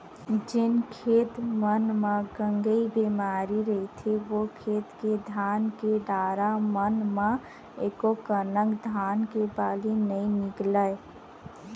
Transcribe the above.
जेन खेत मन म गंगई बेमारी रहिथे ओ खेत के धान के डारा मन म एकोकनक धान के बाली नइ निकलय